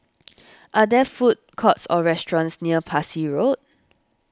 are there food courts or restaurants near Parsi Road